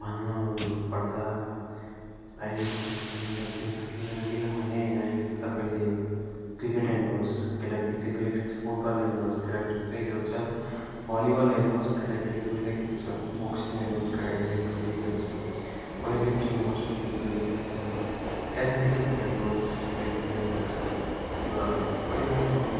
भन्नुपर्दा अहिले त त्यस्तो भिन्नता दिन सकिँदैन किनभने अहिले त तपाईँले क्रिकेट हेर्नुहोस् केटाकेटी दुवै खेल्छ फुटबल हेर्नुहोस् केटाकेटी दुवै खेल्छ भलिबल हेर्नुहोस् केटाकेटी दुवैले खेल्छ बोक्सिङ हेर्नुहोस् केटाकेटी दुवैले खेल्छ वेट लिफ्टिङ होस् केटा केटी दुवैले खेल्छ एथ्लेटिक हेर्नुहोस् केटाकेटी दुवैले खेल्छ र पहिलाको